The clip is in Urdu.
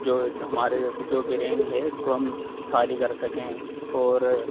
جو ہمارے جو بھی رنگ ہے اس کو ہم خالی کر سکیں اور